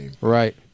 Right